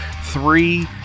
three